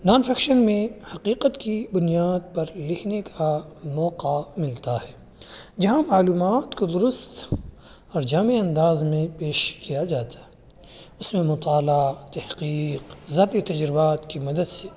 naan fiction میں حقیقت کی بنیاد پر لکھنے کا موقع ملتا ہے جہاں معلومات کا درست اور جامع انداز میں پیش کیا جاتا اس میں مطالعہ تحقیق ذاتی تجربات کی مدد سے